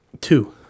two